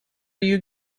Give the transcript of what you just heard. you